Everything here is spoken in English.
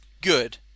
good